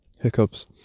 Hiccups